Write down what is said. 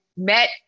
met